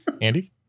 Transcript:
Andy